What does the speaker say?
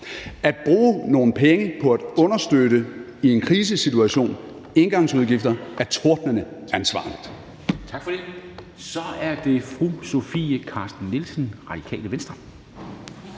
At bruge nogle penge på at understøtte i en krisesituation, engangsudgifter, er tordnende ansvarligt.